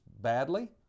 badly